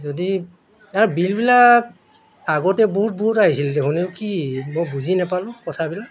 যদি আৰু বিলবিলাক আগতে বহুত বহুত আহিছিল দেখোন এইবোৰ কি বৰ বুজি নাপালোঁ কথাবিলাক